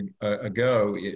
ago